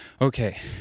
okay